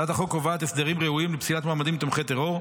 הצעת החוק קובעת הסדרים ראויים לפסילת מועמדים תומכי טרור.